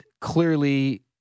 clearly